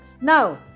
Now